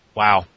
wow